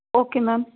okay ma'am